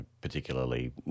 particularly